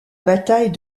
bataille